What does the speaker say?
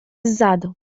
ззаду